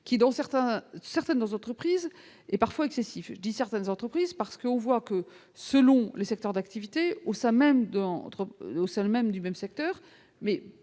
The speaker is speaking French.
certains certaines aux entreprises et parfois excessif dit certaines entreprises parce que on voit que, selon les secteurs d'activité au sein même de entre